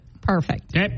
Perfect